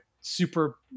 super